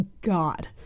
god